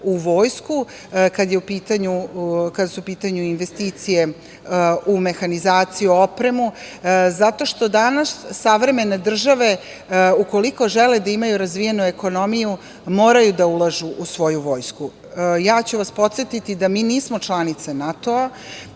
u vojsku, kada su u pitanju investicije u mehanizaciju, opremu, zato što danas savremene države ukoliko žele da imaju razvijenu ekonomiju moraju da ulažu u svoju vojsku. Ja ću vas podsetiti da mi nismo članica NATO-a